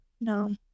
No